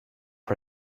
her